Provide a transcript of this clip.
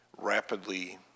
rapidly